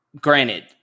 granted